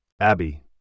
Abby